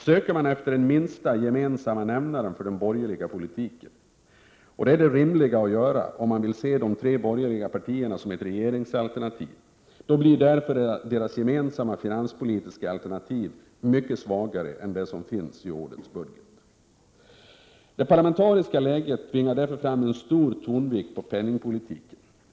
Söker man den minsta gemensamma nämnaren för den borgerliga politiken — vilket är rimligt att göra om man vill se de tre borgerliga partierna som ett regeringsalternativ — finner man därför att deras gemensamma finanspolitiska alternativ blir mycket svagare än det som finns i årets budget. Det parlamentariska läget tvingar därför fram en stor tonvikt på penningpolitiken.